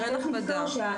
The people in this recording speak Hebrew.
אין הכבדה.